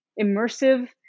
immersive